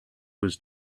was